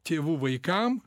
tėvų vaikam